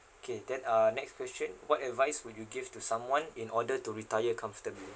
okay then uh next question what advice would you give to someone in order to retire comfortably